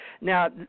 now